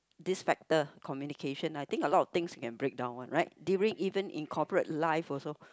this factor communications I think a lot of things can breakdown one right even during in corporate life also